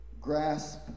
grasp